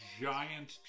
giant